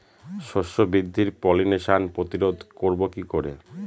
শস্য বৃদ্ধির পলিনেশান প্রতিরোধ করব কি করে?